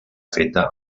feta